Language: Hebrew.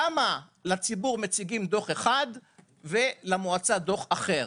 למה לציבור מציגים דוח אחד ולמועצה דוח אחר?